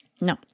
No